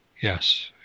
yes